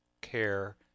care